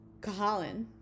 kahalan